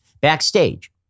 backstage